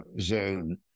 zone